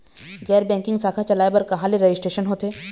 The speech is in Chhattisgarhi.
गैर बैंकिंग शाखा चलाए बर कहां ले रजिस्ट्रेशन होथे?